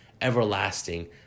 everlasting